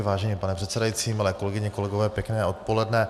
Vážený pane předsedající, milé kolegyně, kolegové, pěkné odpoledne.